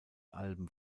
alben